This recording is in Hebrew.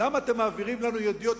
למה אתם מעבירים לנו ידיעות,